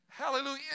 Hallelujah